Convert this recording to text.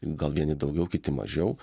gal vieni daugiau kiti mažiau